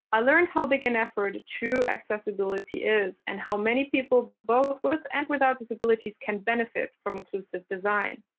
i learned how big an effort true accessibility is and how many people, both with and without disabilities can benefit from inclusive design.